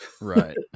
Right